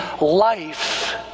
life